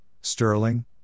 Sterling